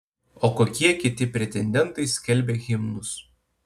o kokie kiti pretendentai skelbia himnus